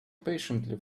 patiently